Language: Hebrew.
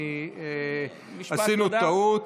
עשינו טעות.